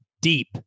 deep